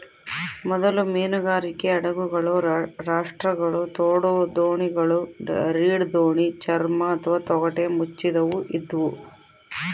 ಮೊದಲ ಮೀನುಗಾರಿಕೆ ಹಡಗುಗಳು ರಾಪ್ಟ್ಗಳು ತೋಡುದೋಣಿಗಳು ರೀಡ್ ದೋಣಿ ಚರ್ಮ ಅಥವಾ ತೊಗಟೆ ಮುಚ್ಚಿದವು ಇದ್ವು